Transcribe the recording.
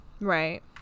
Right